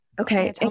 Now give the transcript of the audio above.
Okay